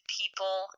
people